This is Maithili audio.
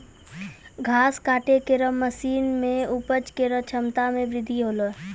घास काटै केरो मसीन सें उपज केरो क्षमता में बृद्धि हौलै